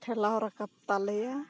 ᱴᱷᱮᱞᱟᱣ ᱨᱟᱠᱟᱵ ᱛᱟᱞᱮᱭᱟ